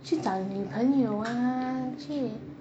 去找女朋友啊去